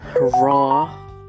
raw